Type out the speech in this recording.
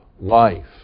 life